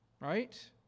Right